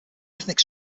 ethnic